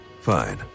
Fine